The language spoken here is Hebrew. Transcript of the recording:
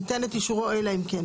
ייתן את אישורו אלא אם כן,